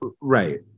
Right